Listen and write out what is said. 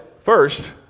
first